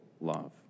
love